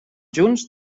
junts